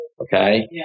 Okay